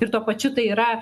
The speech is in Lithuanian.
ir tuo pačiu tai yra